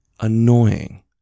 annoying